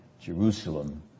Jerusalem